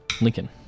Lincoln